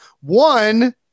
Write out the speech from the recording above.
One